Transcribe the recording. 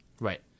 Right